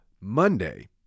Monday